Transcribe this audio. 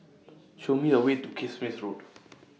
Show Me A Way to Kismis Road